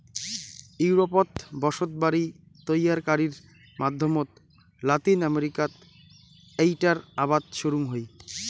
ইউরোপত বসতবাড়ি তৈয়ারকারির মাধ্যমত লাতিন আমেরিকাত এ্যাইটার আবাদ শুরুং হই